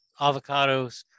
avocados